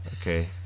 Okay